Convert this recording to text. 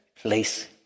place